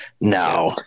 No